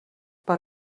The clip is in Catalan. per